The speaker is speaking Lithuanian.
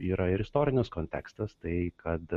yra ir istorinis kontekstas tai kad